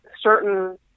certain